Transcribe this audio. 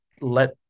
let